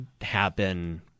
happen